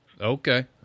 okay